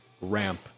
ramp